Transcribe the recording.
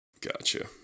Gotcha